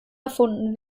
erfunden